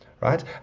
right